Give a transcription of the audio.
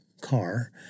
car